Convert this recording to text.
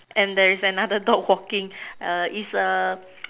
and there is another dog walking err is a